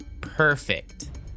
Perfect